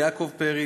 יעקב פרי,